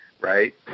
right